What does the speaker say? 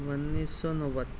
انیس سو نوے